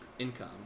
income